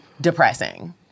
depressing